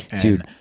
Dude